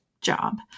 job